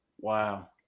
Wow